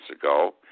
ago